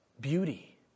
beauty